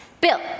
Bill